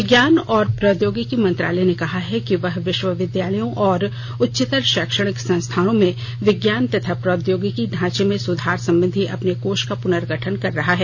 विज्ञान और प्रौद्योगिकी मंत्रालय ने कहा है कि वह विश्वविद्यालयों और उच्चंतर शैक्षणिक संस्थानों में विज्ञान तथा प्रौद्योगिकी ढांचे में सुधार संबंधी अपने कोष का पुनर्गठन कर रहा है